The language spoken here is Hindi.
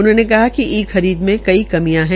उन्होंने कहा कि ई खरीद में कई कमियां है